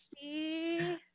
see